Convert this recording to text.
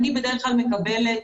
אני בדרך כלל מקבלת